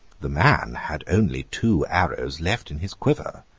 the man had only two arrows left in his quiver,